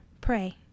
pray